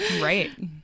right